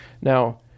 Now